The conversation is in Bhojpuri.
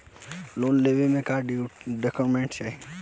लोन लेवे मे का डॉक्यूमेंट चाही?